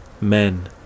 Men